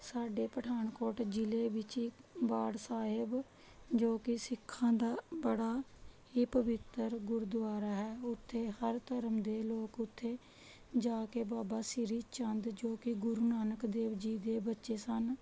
ਸਾਡੇ ਪਠਾਨਕੋਟ ਜ਼ਿਲ੍ਹੇ ਵਿੱਚ ਬਾਠ ਸਾਹਿਬ ਜੋ ਕਿ ਸਿੱਖਾਂ ਦਾ ਬੜਾ ਹੀ ਪਵਿੱਤਰ ਗੁਰਦੁਆਰਾ ਹੈ ਉੱਥੇ ਹਰ ਧਰਮ ਦੇ ਲੋਕ ਉੱਥੇ ਜਾ ਕੇ ਬਾਬਾ ਸ਼੍ਰੀ ਚੰਦ ਜੋ ਕਿ ਗੁਰੂ ਨਾਨਕ ਦੇਵ ਜੀ ਦੇ ਬੱਚੇ ਸਨ